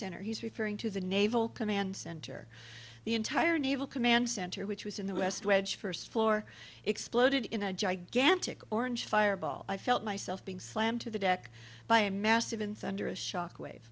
center he's referring to the naval command center the entire naval command center which was in the west wedge first floor exploded in a gigantic orange fireball i felt myself being slammed to the deck by a massive in sunder a shockwave